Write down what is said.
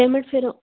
payment ਫਿਰ